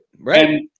right